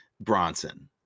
Bronson